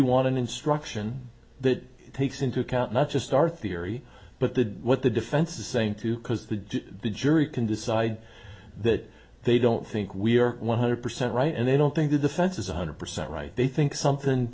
want an instruction that takes into account not just our theory but the what the defense is saying too because the jury can decide that they don't think we are one hundred percent right and they don't think the defense is one hundred percent right they think something